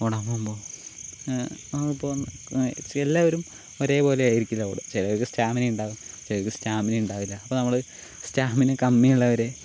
ഓടാൻ പോകുമ്പോൾ അതിപ്പോൾ എല്ലാവരും ഒരേ പോലെ ആയിരിക്കില്ല ഓടുക ചിലവർക്ക് സ്റ്റാമിന ഉണ്ടാവും ചിലവർക്ക് സ്റ്റാമിന ഉണ്ടാവില്ല അപ്പോൾ നമ്മൾ സ്റ്റാമിന കമ്മി ഉള്ളവരെ